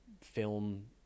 film